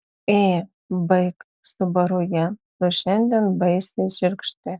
ė baik subaru ją tu šiandien baisiai šiurkšti